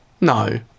No